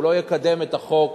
שהוא לא יקדם את החוק